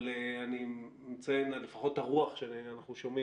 אני מציין לפחות את הרוח שאנחנו שומעים